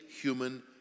human